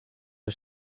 are